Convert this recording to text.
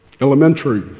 elementary